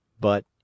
But